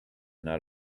not